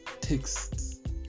texts